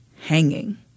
hanging